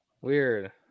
Weird